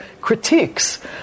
critiques